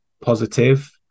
positive